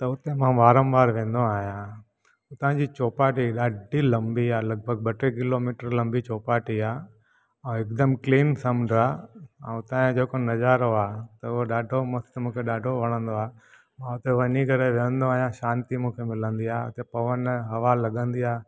त हुते मां वारम वार वेंदो आहियों हुतां जी चौपाटी ॾाढी लंबी आहे लॻभॻि ॿ टे किलोमीटर लंबी चौपाटी आहे सिं हिकदमु क्लीन समुंड आहे ऐं हुतां जो जेको नज़ारो आहे त उहो ॾाढो मस्तु मूंखे ॾाढो वणंदो आहे उते वञी करे वेंदो आहियां मूंखे शांती मिलंदी आहे हुते पविनु हवा लगंदी आहे